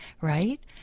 right